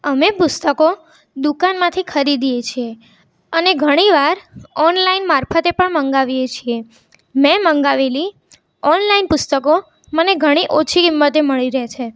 અમે પુસ્તકો દુકાનમાંથી ખરીદીએ છીએ અને ઘણીવાર ઓનલાઈન મારફતે પણ મંગાવીએ છીએ મેં મંગાવેલી ઓનલાઈન પુસ્તકો મને ઘણી ઓછી કિંમતે મળી રહે છે